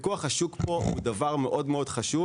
פיקוח השוק פה הוא דבר מאוד חשוב,